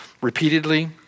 repeatedly